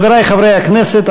חברי חברי הכנסת,